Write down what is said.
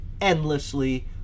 endlessly